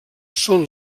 són